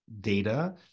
data